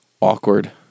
awkward